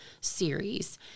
series